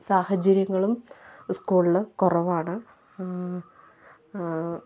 സാഹചര്യങ്ങളും സ്കൂളില് കുറവാണ്